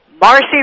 Marcy